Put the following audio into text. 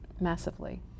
massively